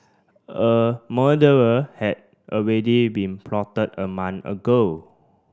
a murderer had already been plotted a month ago